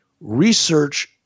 research